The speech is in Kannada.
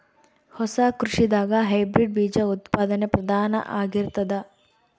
ಹೊಸ ಕೃಷಿದಾಗ ಹೈಬ್ರಿಡ್ ಬೀಜ ಉತ್ಪಾದನೆ ಪ್ರಧಾನ ಆಗಿರತದ